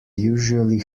usually